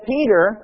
Peter